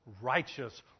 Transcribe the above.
righteous